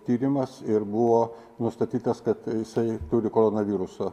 tyrimas ir buvo nustatytas kad jisai turi koronavirusą